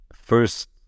first